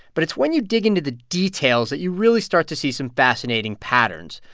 but it's when you dig into the details that you really start to see some fascinating patterns.